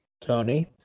Tony